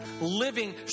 living